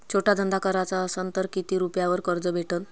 छोटा धंदा कराचा असन तर किती रुप्यावर कर्ज भेटन?